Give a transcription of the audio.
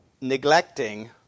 Neglecting